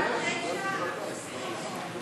איילת נחמיאס ורבין,